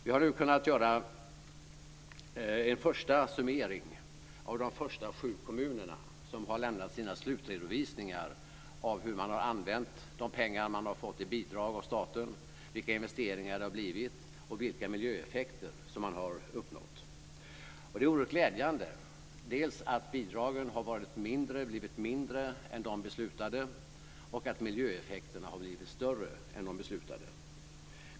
Vi har nu kunnat göra en första summering av de första sju kommuner som har lämnat sina slutredovisningar av hur man har använt de pengar man har fått i bidrag av staten, vilka investeringar det har blivit och vilka miljöeffekter som man har uppnått. Det är oerhört glädjande att bidragen har blivit mindre än de beslutade och att miljöeffekterna har blivit större än de beslutade.